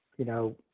you know,